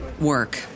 work